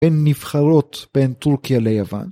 ‫בין נבחרות בין טורקיה ליוון.